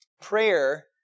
Prayer